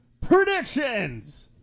predictions